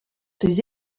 ses